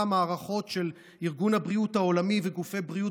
ההערכות של ארגון הבריאות העולמי וגופי בריאות